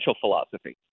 philosophy